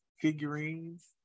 figurines